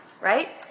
right